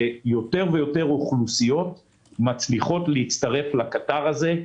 שיותר ויותר אוכלוסיות מצליחות להצטרף לקטר הזה.